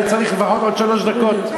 אני צריך לפחות עוד שלוש דקות.